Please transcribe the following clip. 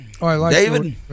David